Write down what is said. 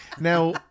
Now